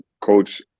Coach